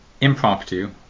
Impromptu